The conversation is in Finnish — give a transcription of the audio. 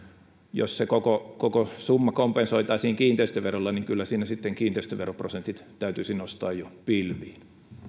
jos se koko koko summa kompensoitaisiin kiinteistöverolla kyllä siinä sitten kiinteistöveroprosentit täytyisi nostaa jo pilviin